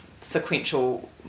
sequential